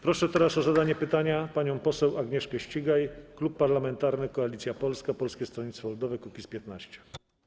Proszę teraz o zadanie pytania panią poseł Agnieszkę Ścigaj, Klub Parlamentarny Koalicja Polska - Polskie Stronnictwo Ludowe - Kukiz15.